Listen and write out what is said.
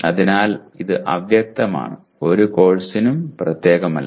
അതിനാൽ ഇത് അവ്യക്തമാണ് ഒരു കോഴ്സിനും പ്രത്യേകമല്ല